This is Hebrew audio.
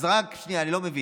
אז רק שנייה, אני לא מבין,